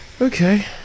Okay